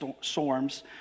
Storms